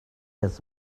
has